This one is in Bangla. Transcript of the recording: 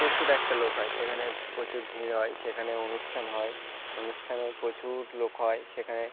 প্রচুর একটা লোক হয় সেখানে প্রচুর ভিড় হয় সেখানে অনুষ্ঠান হয় অনুষ্ঠানে প্রচুর লোক হয় সেখানে